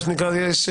מה שנקרא: יש